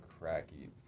cracky